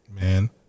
man